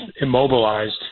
immobilized